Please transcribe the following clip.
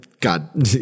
God